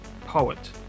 poet